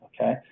okay